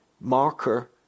marker